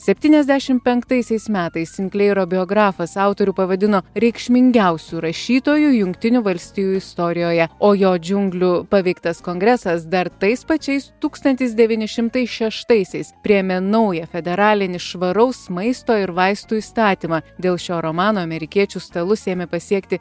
septyniasdešim penktaisiais metais sinkleiro biografas autorių pavadino reikšmingiausiu rašytoju jungtinių valstijų istorijoje o jo džiunglių paveiktas kongresas dar tais pačiais tūkstantis devyni šimtai šeštaisiais priėmė naują federalinį švaraus maisto ir vaistų įstatymą dėl šio romano amerikiečių stalus ėmė pasiekti